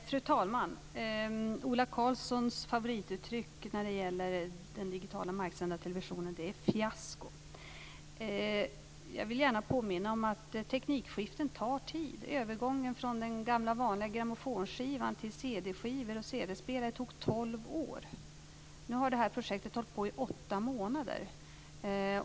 Fru talman! Ola Karlssons favorituttryck när det gäller den digitala marksända televisionen är fiasko. Jag vill gärna påminna om att teknikskiften tar tid. Övergången från den gamla vanliga grammofonskivan till cd-skivor och cd-spelare tog tolv år. Nu har det här projektet hållit på i åtta månader.